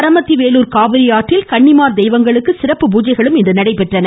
பரமத்தி வேலூர் காவிரி அழ்நில் கன்னிமார் தெய்வங்களுக்கு சிறப்பு பூஜைகள் இன்று நடைபெற்றன